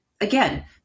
again